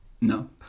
No